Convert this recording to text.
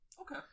Okay